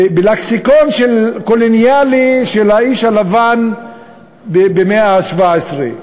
בלקסיקון קולוניאלי של האיש הלבן במאה ה-17.